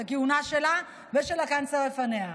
את הכהונה שלה ושל הקנצלר לפניה,